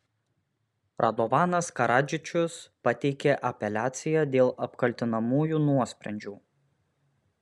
radovanas karadžičius pateikė apeliaciją dėl apkaltinamųjų nuosprendžių